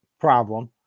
problem